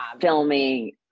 filming